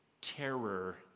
terror